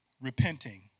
repenting